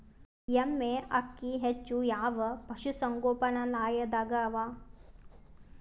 ಎಮ್ಮೆ ಅಕ್ಕಿ ಹೆಚ್ಚು ಯಾವ ಪಶುಸಂಗೋಪನಾಲಯದಾಗ ಅವಾ?